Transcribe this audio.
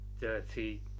dirty